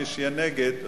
ומי שיהיה נגד,